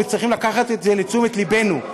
וצריך לקחת את זה לתשומת לבנו.